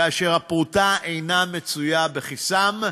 כאשר הפרוטה אינה מצויה בכיסם,